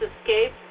escaped